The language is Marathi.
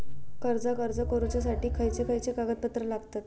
कर्जाक अर्ज करुच्यासाठी खयचे खयचे कागदपत्र लागतत